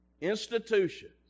institutions